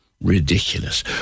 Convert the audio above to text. ridiculous